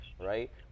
right